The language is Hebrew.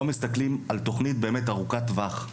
מסתכלים על תוכנית באמת ארוכת טווח.